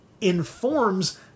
informs